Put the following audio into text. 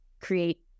create